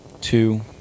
two